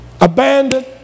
abandoned